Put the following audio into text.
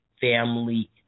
family